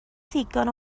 ddigon